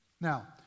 Now